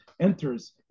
enters